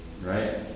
Right